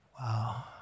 Wow